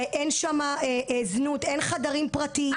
אין שם זנות, אין חדרים פרטיים.